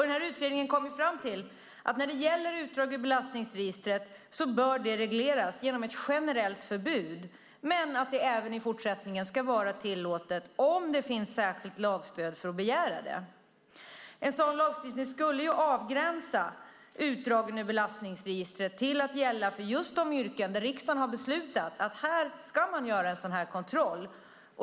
Den här utredningen kom fram till att när det gäller utdrag ur belastningsregistret bör det regleras genom ett generellt förbud men att det även i fortsättningen ska vara tillåtet om det finns särskilt lagstöd för att begära det. En sådan lagstiftning skulle ju avgränsa utdragen ur belastningsregistret till att gälla för just de yrken där riksdagen har beslutat att här ska man göra en sådan kontroll.